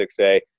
6A